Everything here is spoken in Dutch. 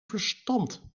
verstand